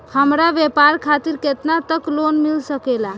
हमरा व्यापार खातिर केतना तक लोन मिल सकेला?